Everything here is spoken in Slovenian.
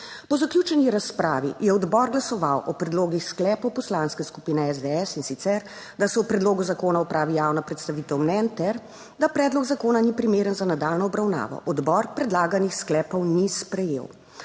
Po zaključeni razpravi je odbor glasoval o predlogih sklepov Poslanske skupine SDS, in sicer, da se o predlogu zakona opravi javna predstavitev mnenj ter da predlog zakona ni primeren za nadaljnjo obravnavo. Odbor predlaganih sklepov ni sprejel.